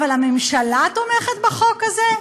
אבל הממשלה תומכת בחוק הזה?